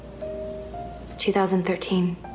2013